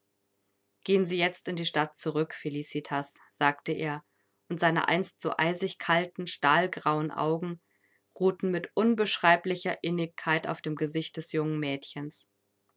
gehen sie jetzt in die stadt zurück felicitas sagte er und seine einst so eisig kalten stahlgrauen augen ruhten mit unbeschreiblicher innigkeit auf dem gesicht des jungen mädchens